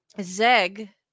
Zeg